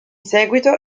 seguito